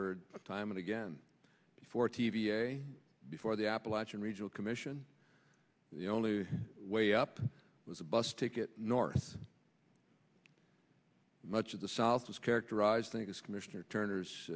heard time and again for t v a before the appalachian regional commission the only way up was a bus ticket north much of the south was characterized think as commissioner turner's